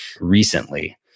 recently